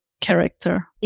character